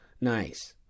Nice